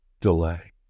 delay